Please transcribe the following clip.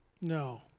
No